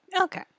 Okay